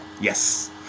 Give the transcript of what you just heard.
Yes